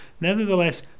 nevertheless